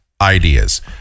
ideas